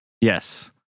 Yes